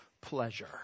pleasure